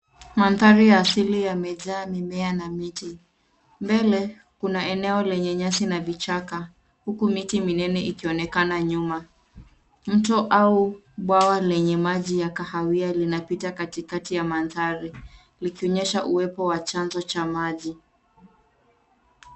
Mandhari ya asili yamejaa mimea na miti. Mbele kuna eneo lenye nyasi na vichaka, huku miti minene ikionekana nyuma. Mto au bwawa lenye maji ya kahawia linapita katikati ya mandhari likionyesha uwepo wa chanzo cha maji.